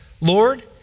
Lord